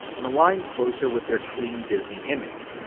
and align closer with their clean disney image.